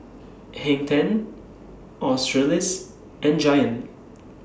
Hang ten Australis and Giant